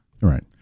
right